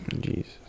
Jesus